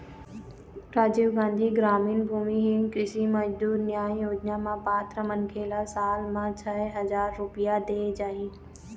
राजीव गांधी गरामीन भूमिहीन कृषि मजदूर न्याय योजना म पात्र मनखे ल साल म छै हजार रूपिया देय जाही